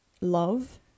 love